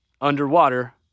underwater